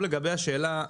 לגבי השאלה,